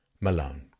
Malone